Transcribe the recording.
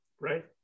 right